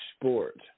sport